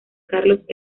carlos